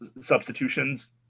substitutions